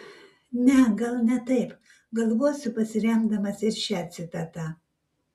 ne gal ne taip galvosiu pasiremdamas ir šia citata